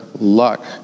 luck